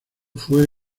fue